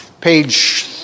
Page